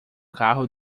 carro